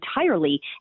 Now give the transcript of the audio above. entirely